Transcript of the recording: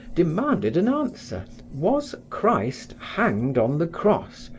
demanded an answer was christ hanged on the cross,